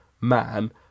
man